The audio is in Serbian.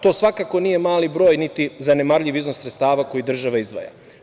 To svakako nije mali broj niti zanemarljiv iznos sredstava koje država izdvaja.